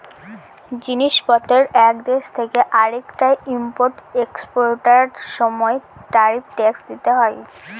জিনিস পত্রের এক দেশ থেকে আরেকটায় ইম্পোর্ট এক্সপোর্টার সময় ট্যারিফ ট্যাক্স দিতে হয়